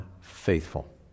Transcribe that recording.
faithful